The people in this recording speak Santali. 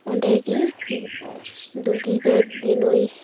ᱚᱸᱰᱮ ᱜᱤ ᱫᱩᱜᱤ ᱫᱚ ᱫᱤᱱᱩᱭ